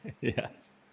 Yes